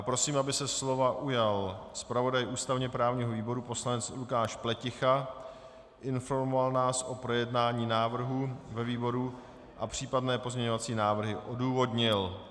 Prosím, aby se slova ujal zpravodaj ústavněprávního výboru poslanec Lukáš Pleticha, informoval nás o projednání návrhu ve výboru a případné pozměňovací návrhy odůvodnil.